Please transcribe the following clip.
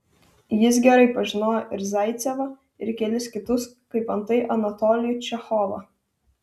jis gerai pažinojo ir zaicevą ir kelis kitus kaip antai anatolijų čechovą